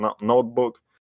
notebook